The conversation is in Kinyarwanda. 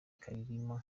karirima